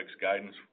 guidance